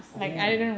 oh